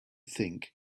think